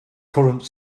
current